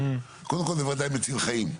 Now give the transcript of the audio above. קודם כל, זה וודאי מציל חיים.